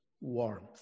warmth